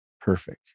perfect